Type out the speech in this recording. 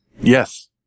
Yes